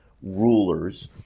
rulers